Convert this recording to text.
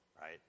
right